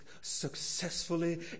successfully